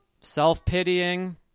Self-pitying